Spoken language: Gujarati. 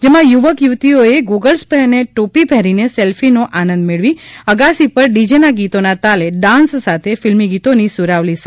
જેમાં યુવક યુવતિઓએ ગોગલ્સ ટોપી પહેરીને સેલ્ફીનો આનંદ મેળવી અગાસી પર ડીજેના ગીતોના તાલે ડાન્સ સાથે ફિલ્મ ગીતોની સુરાવલી સાથે તા